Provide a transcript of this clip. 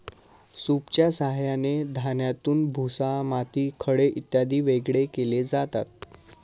सूपच्या साहाय्याने धान्यातून भुसा, माती, खडे इत्यादी वेगळे केले जातात